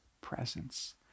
presence